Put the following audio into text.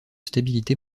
stabilité